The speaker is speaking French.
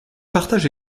partage